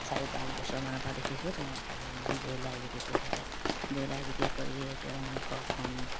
চাৰি পাঁচ বছৰমানৰ পৰা দেখিছোঁ তেওঁ অকল তাৰমানে ব্ৰইলাৰ বিক্ৰী কৰি থাকে ব্ৰইলাৰ বিক্ৰী কৰিয়ে তেওঁ ঘৰখন